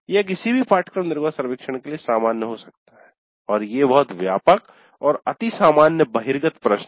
यह किसी भी पाठ्यक्रम निर्गत सर्वेक्षण के लिए सामान्य हो सकता है और ये बहुत व्यापक और अति सामान्य बहिर्गत प्रश्न हैं